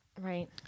Right